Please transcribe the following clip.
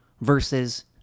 versus